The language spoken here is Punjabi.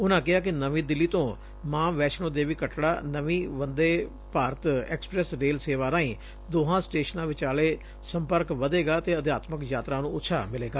ਉਨੂਾਂ ਕਿਹਾ ਕਿ ਨਵੀਂ ਦਿੱਲੀ ਤੋਂ ਮਾਂ ਵੈਸ਼ਨੋ ਦੇਵੀ ਕੱਟੜਾ ਨਵੀਂ ਵੰਦੇ ਭਾਰਤ ਐਕਸਪ੍ੈਸ ਰੇਲ ਸੇਵਾ ਰਾਹੀਂ ਦੋਹਾਂ ਸਟੇਸ਼ਨਾਂ ਵਿਚਾਲੇ ਸੰਪਰਕ ਵਧੇਗਾ ਅਤੇ ਅਧਿਆਤਮਕ ਯਾਤਰਾ ਨੂੰ ਉਤਸ਼ਾਹ ਮਿਲੇਗਾ